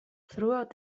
throughout